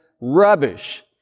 rubbish